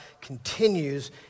continues